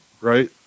right